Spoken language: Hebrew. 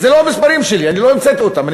אלה לא המספרים שלי, אני לא המצאתי אותם.